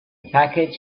package